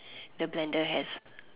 the blender has